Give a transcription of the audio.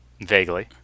vaguely